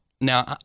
Now